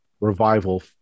revival